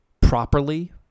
Properly